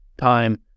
time